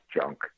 junk